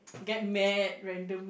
get mad random